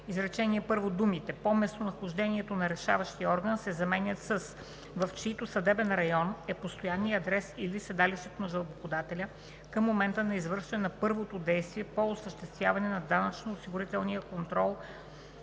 изречение първо думите „по местонахождението на решаващия орган“ се заменят с „в чийто съдебен район е постоянният адрес или седалището на жалбоподателя към момента на извършване на първото действие по осъществяване на данъчно-осигурителния контрол